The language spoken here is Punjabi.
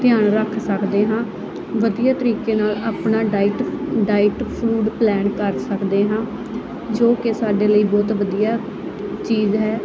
ਧਿਆਨ ਰੱਖ ਸਕਦੇ ਹਾਂ ਵਧੀਆ ਤਰੀਕੇ ਨਾਲ ਆਪਣਾ ਡਾਇਟ ਡਾਇਟ ਫਰੂਟ ਪਲਾਨ ਕਰ ਸਕਦੇ ਹਾਂ ਜੋ ਕਿ ਸਾਡੇ ਲਈ ਬਹੁਤ ਵਧੀਆ ਚੀਜ਼ ਹੈ